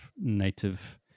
native